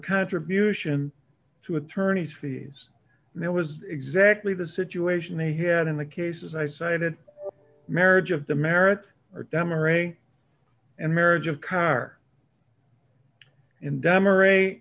contribution to attorney's fees and it was exactly the situation they had in the cases i cited marriage of the merits are dumber a and a marriage of car in dumber